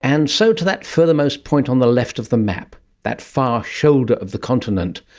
and so to that furthermost point on the left of the map, that far shoulder of the continent.